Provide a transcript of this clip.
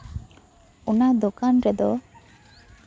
ᱚᱱᱟ ᱫᱚᱠᱟᱱ ᱨᱮᱫᱚ